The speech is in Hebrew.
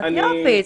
אז יופי.